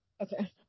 Okay